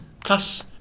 plus